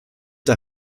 der